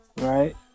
Right